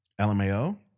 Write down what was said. LMAO